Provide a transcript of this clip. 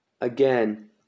again